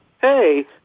Hey